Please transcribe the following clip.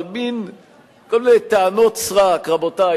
אבל כל מיני טענות סרק, רבותי.